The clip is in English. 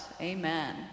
Amen